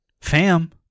fam